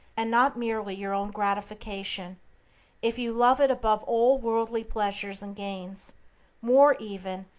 and not merely your own gratification if you love it above all worldly pleasures and gains more, even,